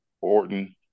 Orton